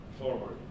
forward